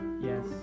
Yes